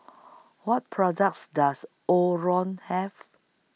What products Does Omron Have